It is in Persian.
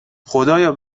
خدایا